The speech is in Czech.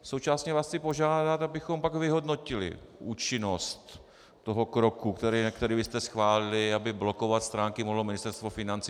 Současně vás chci požádat, abychom pak vyhodnotili účinnost toho kroku, který vy jste schválili, aby blokovat stránky mohlo Ministerstvo financí.